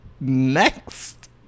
Next